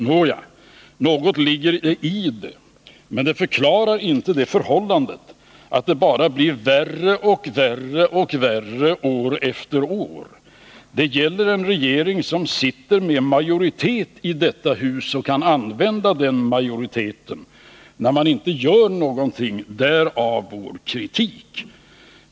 Nåja, något ligger det i detta, men det förklarar inte det förhållandet att det bara blir värre och värre år efter år. Den sittande regeringen har majoritet i detta hus och kan använda den majoriteten. Men man gör inte någonting — därav vår kritik.